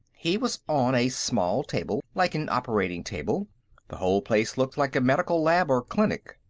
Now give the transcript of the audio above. he was on a small table, like an operating table the whole place looked like a medical lab or a clinic.